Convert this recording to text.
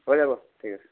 হৈ যাব ঠিক আছে